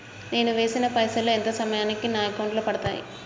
నేను వేసిన పైసలు ఎంత సమయానికి నా అకౌంట్ లో పడతాయి?